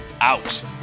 out